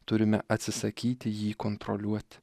turime atsisakyti jį kontroliuoti